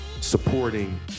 supporting